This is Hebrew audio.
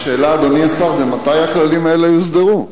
השאלה, אדוני השר, מתי הכללים האלה יוסדרו?